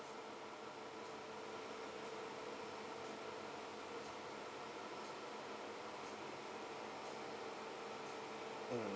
mm